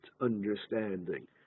understanding